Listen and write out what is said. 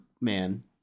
man